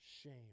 shame